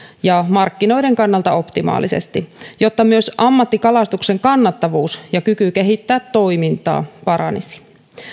ja markkinoiden kannalta optimaalisesti jotta myös ammattikalastuksen kannattavuus ja kyky kehittää toimintaa paranisivat